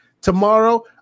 tomorrow